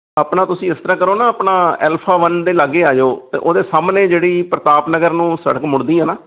ਆਪਣਾ ਤੁਸੀਂ ਇਸ ਤਰ੍ਹਾਂ ਕਰੋ ਨਾ ਆਪਣਾ ਐਲਫਾ ਵੰਨ ਦੇ ਲਾਗੇ ਆ ਜਾਓ ਅਤੇ ਉਹਦੇ ਸਾਹਮਣੇ ਜਿਹੜੀ ਪ੍ਰਤਾਪ ਨਗਰ ਨੂੰ ਸੜਕ ਮੁੜਦੀ ਆ ਨਾ